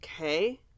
Okay